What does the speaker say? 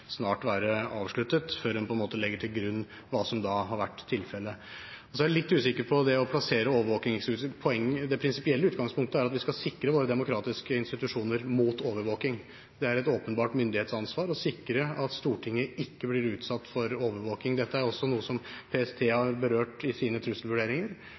snart være avsluttet, før man på en måte legger til grunn hva som da har vært tilfellet. Så er jeg litt usikker på det å plassere overvåkingsutstyr. Det prinsipielle utgangspunktet er at vi skal sikre våre demokratiske institusjoner mot overvåking. Det er et åpenbart myndighetsansvar å sikre at Stortinget ikke blir utsatt for overvåking. Dette er også noe som PST har berørt i sine trusselvurderinger